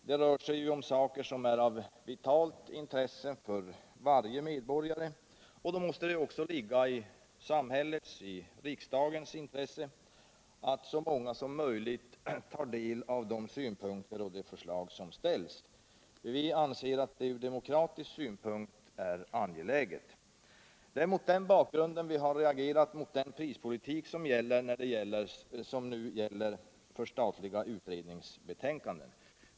Det rör sig om saker som är av vitalt intresse för varje medborgare, och då måste det också ligga i samhällets, i riksdagens intresse att så många som möjligt tar del av de synpunkter och förslag som förs fram. Vi anser att detta är angeläget från demokratisk synpunkt. Det är mot den bakgrunden vi har reagerat mot den prispolitik som nu gäller för statliga utredningsbetänkanden.